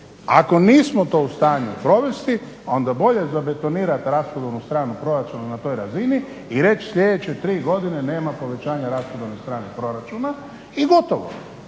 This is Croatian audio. Ako nismo to u stanju provesti onda bolje zabetonirati rashodovnu stranu proračuna na toj razini i reći sljedeće tri godine nema povećanja rashodovne strane proračuna i gotovo.